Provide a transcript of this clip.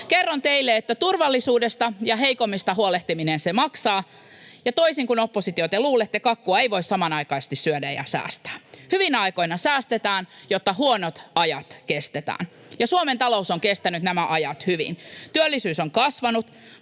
Kerron teille, että turvallisuudesta ja heikommista huolehtiminen maksaa, ja toisin kuin, oppositio, te luulette, kakkua ei voi samanaikaisesti syödä ja säästää. Hyvinä aikoina säästetään, jotta huonot ajat kestetään, ja Suomen talous on kestänyt nämä ajat hyvin. [Anne-Mari